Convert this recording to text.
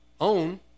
own